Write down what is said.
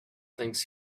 thinks